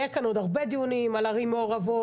יהיו כאן עוד הרבה דיונים על ערים מעורבות,